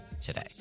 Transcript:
today